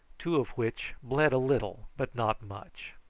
two of which bled a little, but not much.